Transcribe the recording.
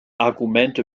argumente